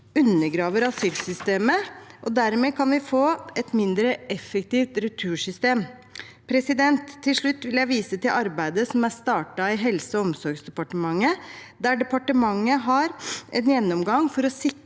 undergraver asylsystemet, og dermed kan vi få et mindre effektivt retursystem. Til slutt vil jeg vise til arbeidet som er startet i Helseog omsorgsdepartementet, der departementet har en gjennomgang for å sikre